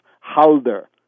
Halder